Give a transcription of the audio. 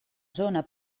zona